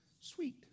sweet